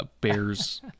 Bears